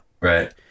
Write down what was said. Right